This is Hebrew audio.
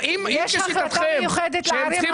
יש החלטה מיוחדת לגבי הערים המעורבות.